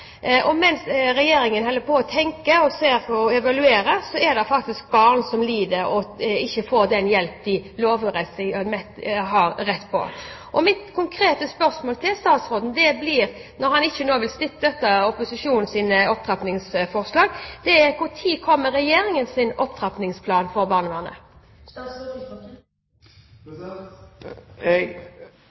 Og mens Regjeringen holder på å tenke og evaluere, er det faktisk barn som lider, og som ikke får den hjelp de lovmessig har rett til. Mitt konkrete spørsmål til statsråden blir – siden han ikke vil støtte opposisjonens opptrappingsforslag: Når kommer Regjeringens opptrappingsplan for barnevernet?